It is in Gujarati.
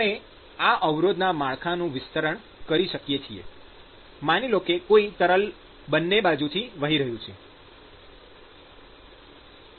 આપણે આ અવરોધના માળખાનું વિસ્તરણ કરી શકીએ છીએ માની લો કે કોઈ તરલ બંને બાજુથી વહી રહ્યું છે